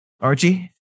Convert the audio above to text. Archie